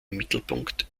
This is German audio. mittelpunkt